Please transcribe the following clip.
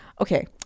okay